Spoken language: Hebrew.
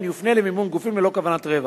יופנה למימון גופים ללא כוונת רווח.